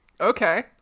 Okay